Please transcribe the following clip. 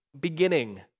beginning